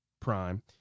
Prime